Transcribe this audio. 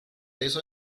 eso